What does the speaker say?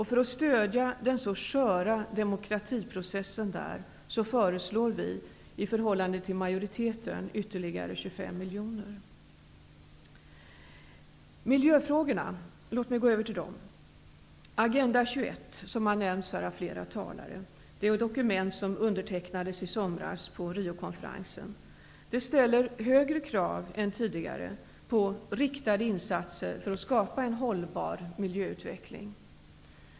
För att stödja den så sköra demokratiprocessen där föreslår vi i förhållande till majoriteten ytterligre 25 miljoner kronor. Jag övergår så till miljöfrågorna. Agenda 21 som har nämnts här av flera talare är det dokument som undertecknades i somras på Riokonferensen. Det ställer högre krav än tidigare på riktade insatser för att skapa en hållbar miljöutveckling.